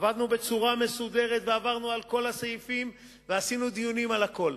עבדנו בצורה מסודרת ועברנו על כל הסעיפים ועשינו דיונים על הכול.